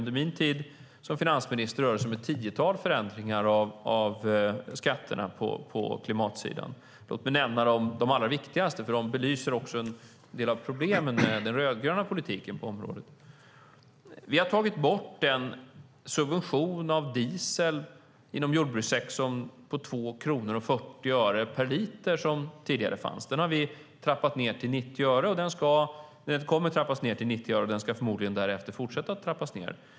Under min tid som finansminister rör det sig om ett tiotal förändringar av skatterna på klimatsidan. Låt mig nämna de allra viktigaste, för de belyser också en del av problemen med den rödgröna politiken på området. Vi har tagit bort den subvention av diesel på 2 kronor och 40 öre per liter som tidigare fanns inom jordbrukssektorn. Den kommer att trappas ned till 90 öre, och den ska förmodligen därefter fortsätta att trappas ned.